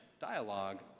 dialogue